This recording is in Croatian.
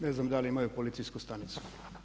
Ne znam da li imaju policijsku stanicu.